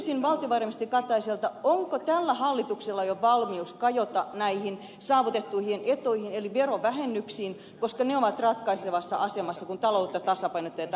kysyisin valtiovarainministeri kataiselta onko tällä hallituksella jo valmius kajota näihin saavutettuihin etuihin eli verovähennyksiin koska ne ovat ratkaisevassa asemassa kun taloutta tasapainotetaan